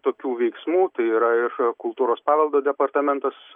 tokių veiksmų tai yra ir kultūros paveldo departamentas